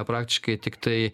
praktiškai tiktai